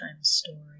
story